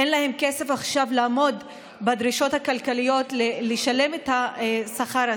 אין להם עכשיו כסף לעמוד בדרישות הכלכליות ולשלם את השכר הזה.